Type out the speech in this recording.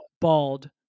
bald